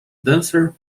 dancer